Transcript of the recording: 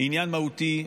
היא עניין מהותי.